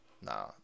Nah